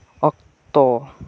ᱚᱠᱛᱚ